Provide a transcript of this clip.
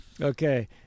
Okay